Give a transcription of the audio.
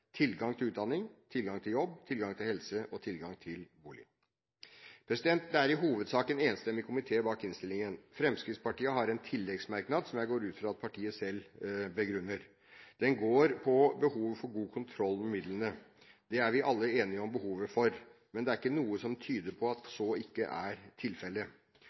tilgang til utdanning, tilgang til jobb, tilgang til helse og tilgang til bolig. Det er i hovedsak en enstemmig komité som står bak innstillingen. Fremskrittspartiet har en tilleggsmerknad som jeg går ut fra at partiet selv begrunner. Den går på behovet for god kontroll med midlene. Det er vi alle enige om, men det er ikke noe som tyder på at så ikke er